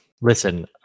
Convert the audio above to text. listen